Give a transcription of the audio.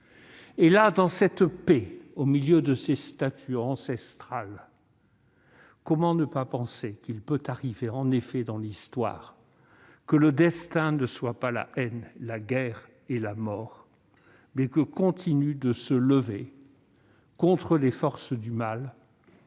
vivant. Dans cette paix, au milieu de ces statues ancestrales, comment ne pas penser qu'il peut arriver dans l'histoire que le destin ne soit pas la haine, la guerre et la mort, mais que continuent de se lever contre les forces du mal